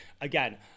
Again